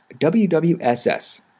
WWSS